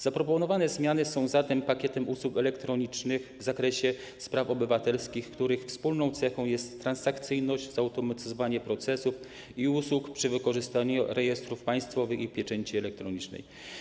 Zaproponowane zmiany są zatem pakietem usług elektronicznych w zakresie spraw obywatelskich, których wspólną cechą jest transakcyjność, zautomatyzowanie procesów i usług przy wykorzystaniu rejestrów państwowych i pieczęci elektronicznej.